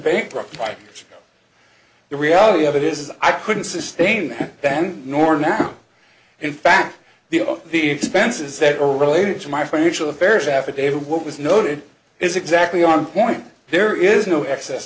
bankrupt by the reality of it is i couldn't sustain then nor now in fact the of the expenses that are related to my financial affairs affidavit what was noted is exactly on point there is no excess